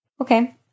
Okay